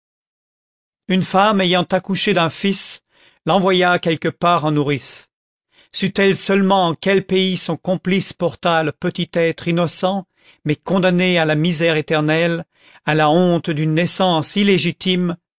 une femme ayant accouché d'un fils l'envoya quelque part en nourrice sut-elle seulement en quel pays son complice porta le petit être innocent mais condamné à la misère éternelle à la honte d'une naissance illégitime